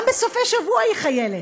גם בסופי שבוע היא חיילת.